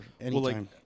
anytime